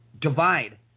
divide